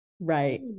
Right